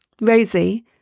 Rosie